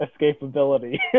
escapability